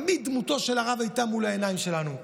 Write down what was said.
תמיד דמותו של הרב הייתה מול העיניים שלנו.